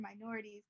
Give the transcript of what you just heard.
minorities